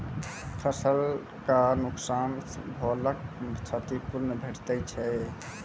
फसलक नुकसान भेलाक क्षतिपूर्ति भेटैत छै?